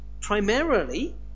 Primarily